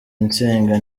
nsenga